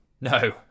No